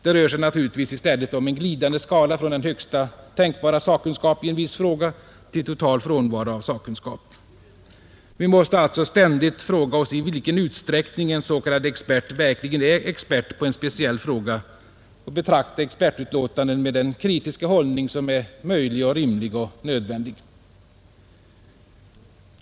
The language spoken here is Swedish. Det rör sig naturligtvis i stället om en glidande skala från den högsta tänkbara sakkunskap i en viss fråga till total frånvaro av sakkunskap. Vi måste alltså ständigt fråga oss i vilken utsträckning en s.k. expert verkligen är expert på en speciell fråga och betrakta expertutlåtanden med den kritiska hållning som är möjlig, rimlig och nödvändig.